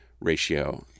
ratio